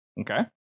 Okay